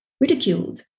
ridiculed